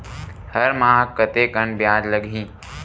हर माह कतेकन ब्याज लगही?